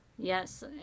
Yes